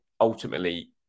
ultimately